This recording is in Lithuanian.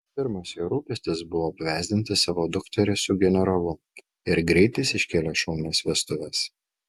pirmas jo rūpestis buvo apvesdinti savo dukterį su generolu ir greit jis iškėlė šaunias vestuves